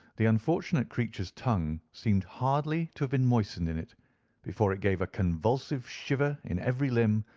the unfortunate creature's tongue seemed hardly to have been moistened in it before it gave a convulsive shiver in every limb,